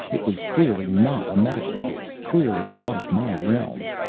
it was clearly not a medical case, clearly out of my realm.